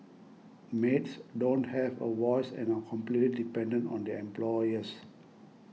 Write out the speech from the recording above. maids don't have a voice and are completely dependent on their employers